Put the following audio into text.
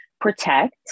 protect